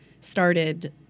started